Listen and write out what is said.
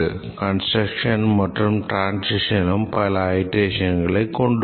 கன்ஸ்ட்ரக்ஷனும் மற்றும் டிரான்சிஷனும் பல அயிட்ரேஷன்களும் கொண்டுள்ளது